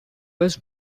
was